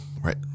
right